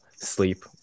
Sleep